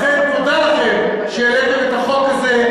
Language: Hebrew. לכן תודה לכם שהעליתם את החוק הזה,